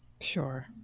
Sure